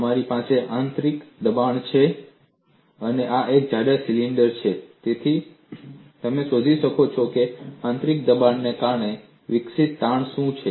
તમારી પાસે આંતરિક દબાણ છે અને આ એક જાડા સિલિન્ડર છે તેથી તમે શોધી શકો છો કે આંતરિક દબાણને કારણે વિકસિત તાણ શું છે